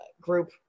group